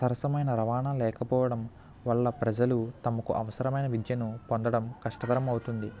సరసమైన రవాణ లేకపోవటం వల్ల ప్రజలు తమకు అవసరమైన విద్యను పొందడం కష్టతరమవుతుంది